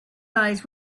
eyes